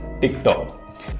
TikTok